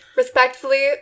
Respectfully